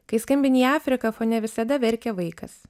kai skambini į afriką fone visada verkia vaikas